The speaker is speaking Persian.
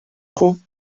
خوب